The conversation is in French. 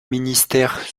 ministère